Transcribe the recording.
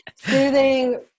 soothing